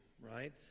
right